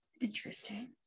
interesting